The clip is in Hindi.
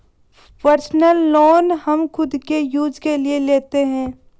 पर्सनल लोन हम खुद के यूज के लिए लेते है